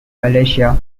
malaysia